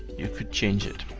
you could change it,